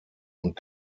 und